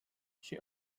she